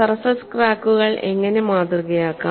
surface ക്രാക്കുകൾ എങ്ങനെ മാതൃകയാക്കാം